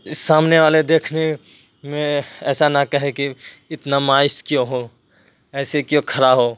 سامنے والے دیکھنے میں ایسا نہ کہے کہ اتنا مایوس کیوں ہو ایسے کیوں کھڑا ہو